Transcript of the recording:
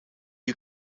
you